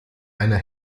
einer